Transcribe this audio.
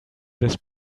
this